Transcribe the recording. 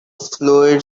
fluid